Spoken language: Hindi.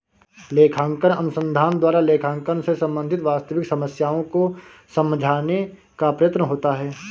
लेखांकन अनुसंधान द्वारा लेखांकन से संबंधित वास्तविक समस्याओं को समझाने का प्रयत्न होता है